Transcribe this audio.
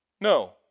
No